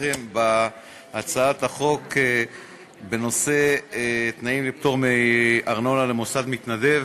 תמיכתכם בהצעת החוק בנושא תנאים לפטור מארנונה למוסד מתנדב.